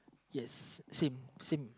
yes same same